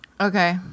Okay